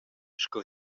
sco